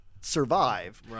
survive